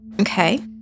Okay